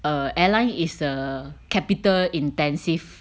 err airline is the capital intensive